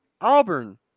Auburn